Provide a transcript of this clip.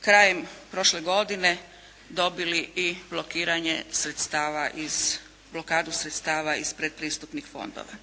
krajem prošle godine dobili i blokiranje sredstava, blokadu sredstava iz predpristupnih fondova.